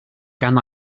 gan